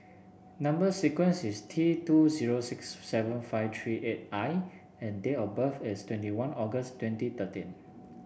number sequence is T two zero six seven five three eight I and date of birth is twenty one August twenty thirteen